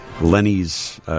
Lenny's